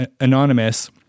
anonymous